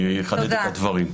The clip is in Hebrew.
אני אחדד את הדברים.